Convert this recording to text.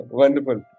Wonderful